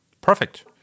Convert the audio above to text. Perfect